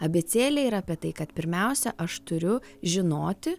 abėcėlė yra apie tai kad pirmiausia aš turiu žinoti